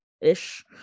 ish